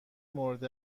مورد